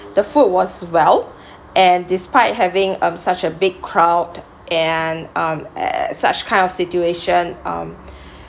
the food was well and despite having um such a big crowd and um at such kind of situation um